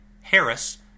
Harris